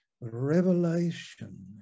revelation